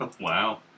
Wow